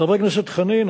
חבר הכנסת חנין,